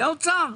האוצר,